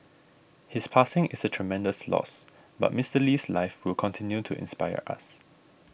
his passing is a tremendous loss but Mister Lee's life will continue to inspire us